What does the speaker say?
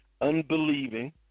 unbelieving